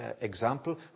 example